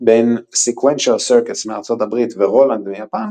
בין SEQUENTIAL CIRCUITS מארצות הברית ו־ROLAND מיפן